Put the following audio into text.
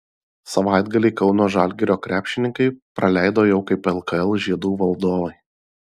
savaitgalį kauno žalgirio krepšininkai praleido jau kaip lkl žiedų valdovai